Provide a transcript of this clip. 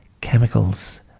chemicals